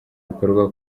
bikorwa